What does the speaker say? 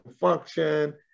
function